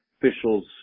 officials